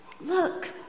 Look